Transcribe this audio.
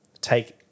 take